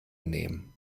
nehmen